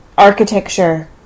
architecture